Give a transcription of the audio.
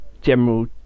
general